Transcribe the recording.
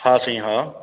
हा साईं हा